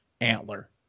antler